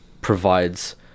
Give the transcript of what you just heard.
provides